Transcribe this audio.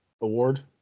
award